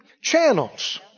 channels